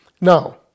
Now